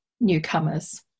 newcomers